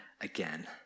again